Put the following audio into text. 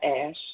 Ash